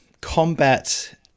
combat